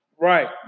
Right